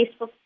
Facebook